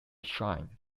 shrine